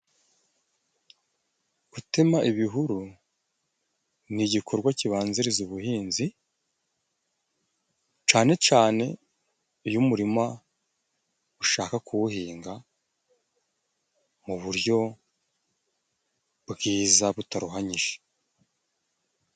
Gutema ibihuru ni igikorwa kibanziriza ubuhinzi， cane cane iyo umuririma ushaka kuwuhinga mu buryo bwiza butaruhanyije.